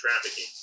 trafficking